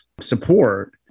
support